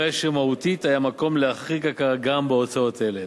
הרי שמהותית היה מקום להחריג הכרה גם בהוצאות אלה.